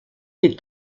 les